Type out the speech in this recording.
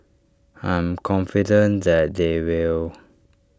I'm confident that they will